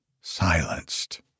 silenced